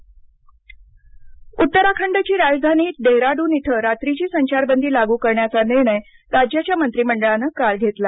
उत्तराखंड संचारबंदी उत्तराखंडची राजधानी डेहराडून इथं रात्रीची संचारबंदी लागू करण्याचा निर्णय राज्याच्या मंत्रिमंडळानं काल घेतला